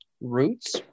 roots